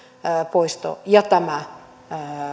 poisto ja